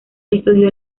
estudió